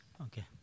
Okay